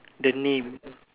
the name